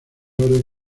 orden